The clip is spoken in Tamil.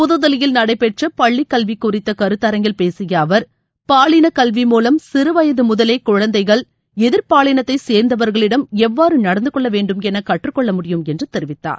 புது தில்லியில் நடைபெற்ற பள்ளிக் கல்வி குறித்த கருத்தரங்கில் பேசிய அவர் பாலின கல்வி மூலம் சிறுவயது முதலே குழந்தைகள் எதிர்பாலினத்தை சேர்ந்தவர்களிடம் எவ்வாறு நடந்தகொள்ள வேண்டுமென கற்றுகொள்ள முடியும் என்று தெரிவித்தார்